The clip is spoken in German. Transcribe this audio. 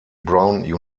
brown